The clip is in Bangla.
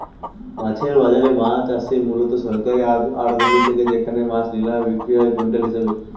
মাছের বাজারে মাছ আসে মূলত সরকারি আড়তগুলি থেকে যেখানে মাছ নিলামে বিক্রি হয় কুইন্টাল হিসেবে